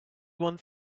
one